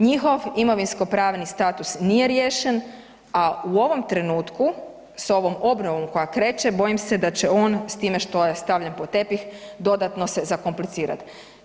Njihov imovinsko-pravni status nije riješen, a u ovom trenutku sa ovom obnovom koja kreće bojim se da će on s time što je stavljen pod tepih dodatno se zakomplicirati.